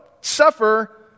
suffer